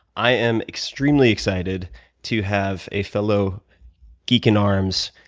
i am extremely excited to have a fellow geek-in-arms,